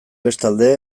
bestalde